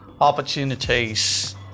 opportunities